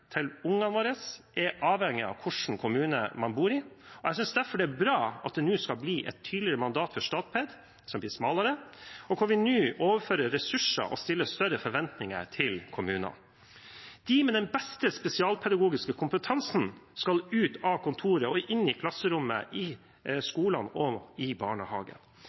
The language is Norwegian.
til ungene våre er avhengig av hvilken kommune man bor i. Jeg synes derfor det er bra at det nå skal bli et tydeligere mandat for Statped, som blir smalere, og at vi nå overfører ressurser og stiller større forventninger til kommunene. De med den beste spesialpedagogiske kompetansen skal ut av kontoret og inn i klasserommet, i skolene og i